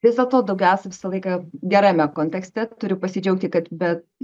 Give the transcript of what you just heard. vis dėlto daugiausia visą laiką gerame kontekste turiu pasidžiaugti kad bet